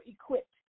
equipped